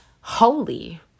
holy